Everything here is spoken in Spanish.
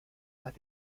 las